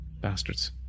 Bastards